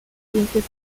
ciencias